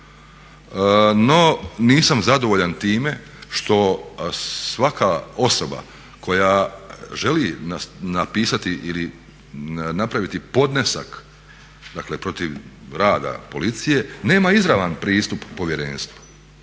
No, nisam zadovoljan time što svaka osoba koja želi napisati ili napraviti podnesak protiv rada policije nema izravan pristup povjerenstvu.